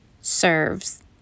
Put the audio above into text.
serves